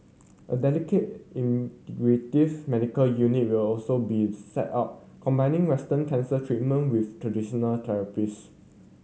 a dedicated integrative medical unit will also be set up combining Western cancer treatment with traditional therapies